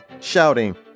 shouting